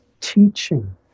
teaching